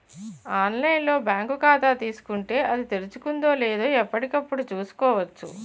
online లో bank ఖాతా తీసుకుంటే, అది తెరుచుకుందో లేదో ఎప్పటికప్పుడు చూసుకోవచ్చు